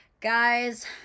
guys